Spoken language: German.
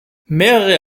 mehrere